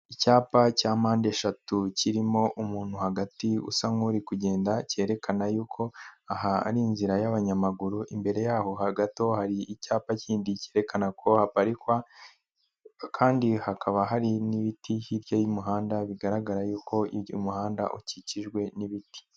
Icyapa cya mpande eshatu kirimo umuntu hagati usa nk'uri kugenda cyerekana y'uko aha ari inzira y'abanyamaguru, imbere yaho hagati hari icyapa kindi cyerekana ko haparikwa kandi hakaba hari n'ibiti hirya y'umuhanda, bigaragara y'uko uyu umuhanda ukikijwe n'ibiti.